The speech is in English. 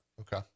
Okay